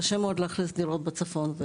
קשה מאוד לאכלס דירות בצפון.